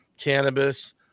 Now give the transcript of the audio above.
cannabis